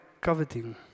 coveting